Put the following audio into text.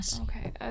Okay